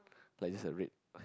like it's a red